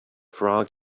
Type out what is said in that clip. frog